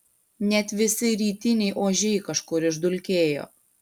net visi rytiniai ožiai kažkur išdulkėjo